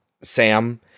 Sam